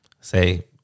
say